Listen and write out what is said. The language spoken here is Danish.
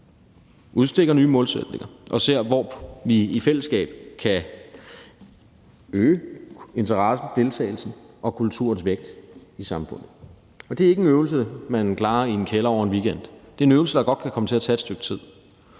udstikker vi nye målsætninger og ser, hvor vi i fællesskab kan øge interessen, deltagelsen og kulturens vægt i samfundet. Kl. 14:45 Det er ikke en øvelse, man klarer i en kælder over en weekend; det er en øvelse, der godt kan komme til at tage et stykke tid,